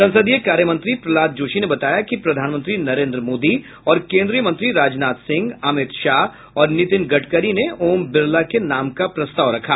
संसदीय कार्यमंत्री प्रहलाद जोशी ने बताया कि प्रधानमंत्री नरेन्द्र मोदी और केन्द्रीय मंत्री राजनाथ सिंह अमितशाह और नीतिन गडकरी ने ओम बिरला के नाम का प्रस्ताव रखा